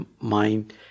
mind